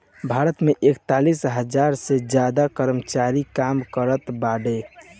भारत मे एकतालीस हज़ार से ज्यादा कर्मचारी काम करत बाड़े